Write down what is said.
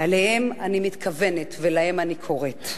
אליהם אני מתכוונת, ולהם אני קוראת.